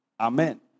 Amen